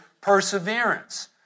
perseverance